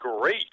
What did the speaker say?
great